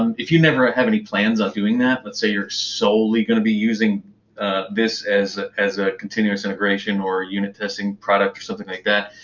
um if you never have any plans on doing that let's say you're solely going to be using this as ah as a continuous integration, or a unit testing product, or something like that,